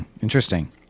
interesting